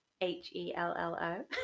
h-e-l-l-o